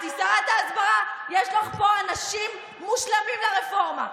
שרת ההסברה, יש לך פה אנשים מושלמים לרפורמה.